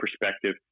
perspective